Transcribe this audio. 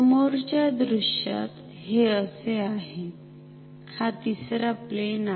समोरच्या दृश्यात हे असे आहे हा तिसरा प्लेन आहे